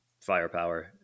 firepower